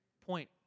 point